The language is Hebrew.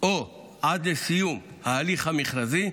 או עד לסיום ההליך המכרזי,